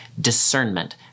discernment